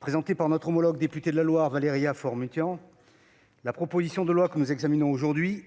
présentée par notre homologue députée de la Loire Valéria Faure-Muntian, la proposition de loi que nous examinons